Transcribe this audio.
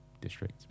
district